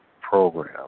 program